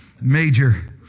Major